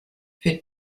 für